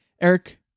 Eric